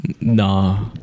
Nah